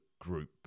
group